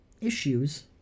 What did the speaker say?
issues